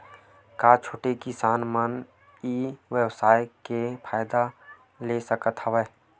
का छोटे किसान मन ई व्यवसाय के फ़ायदा ले सकत हवय?